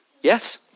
Yes